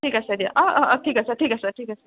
ঠিক আছে দিয়া অঁ অঁ অঁ ঠিক আছে ঠিক আছে ঠিক আছে